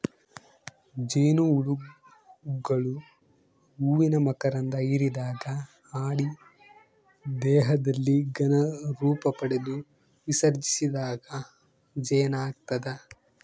ಜೇನುಹುಳುಗಳು ಹೂವಿನ ಮಕರಂಧ ಹಿರಿದಾಗ ಅಡಿ ದೇಹದಲ್ಲಿ ಘನ ರೂಪಪಡೆದು ವಿಸರ್ಜಿಸಿದಾಗ ಜೇನಾಗ್ತದ